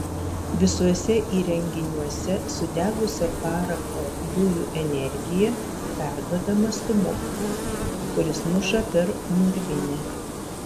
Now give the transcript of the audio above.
visuose įrenginiuose sudegusio parako dujų energija perduodama stūmokliui kuris muša per mūrvinę